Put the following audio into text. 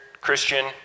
Christian